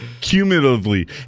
Cumulatively